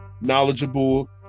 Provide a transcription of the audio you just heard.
knowledgeable